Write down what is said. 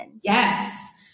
Yes